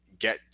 get